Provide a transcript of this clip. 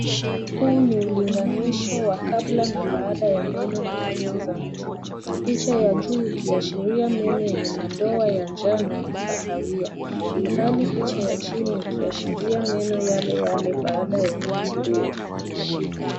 Huu ni ulinganisho wa kabla na baada ya meno na fizi za mtu. Picha ya juu ikiashiria meno yenye madoa ya njano na kahawia ilhali picha ya chini ikiashiria meno yale yale baada ya matibabu.